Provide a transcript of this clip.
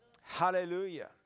Hallelujah